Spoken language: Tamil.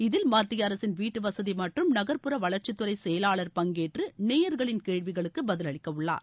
இதில் மத்திய அரசின் வீட்டுவசதி மற்றும் நகர்ட்புற வளர்ச்சித்துறை செயலாளர் பங்கேற்று நேயர்களின் கேள்விகளுக்க பதிலளிக்க உள்ளார்